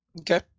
Okay